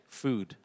food